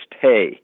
hey